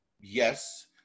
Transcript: Yes